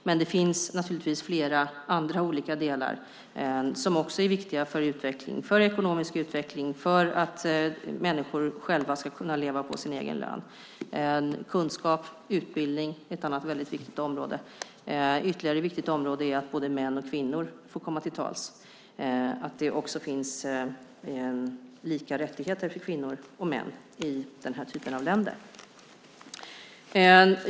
Men det finns naturligtvis fler andra olika delar som också är viktiga för utveckling, för ekonomisk utveckling och för att människor ska kunna leva på sin egen lön. Kunskap och utbildning är ett annat väldigt viktigt område. Ytterligare ett viktigt område är att både män och kvinnor får komma till tals och att det också finns lika rättigheter för kvinnor och män i denna typ av länder.